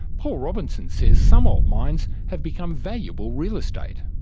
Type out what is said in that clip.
paul robinson says some old mines have become valuable real estate.